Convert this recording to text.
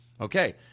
Okay